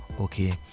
Okay